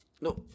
No